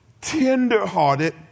tenderhearted